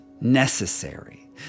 necessary